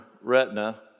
retina